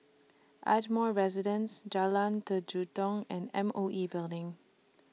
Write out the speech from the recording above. Ardmore Residence Jalan and M O E Building